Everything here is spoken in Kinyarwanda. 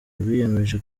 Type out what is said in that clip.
rwiyemeje